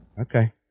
Okay